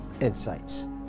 insights